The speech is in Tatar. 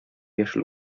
яшел